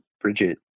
Bridget